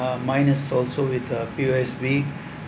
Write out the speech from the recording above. mine is also with the P_O_S_B